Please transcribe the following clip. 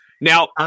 Now